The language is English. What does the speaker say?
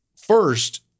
First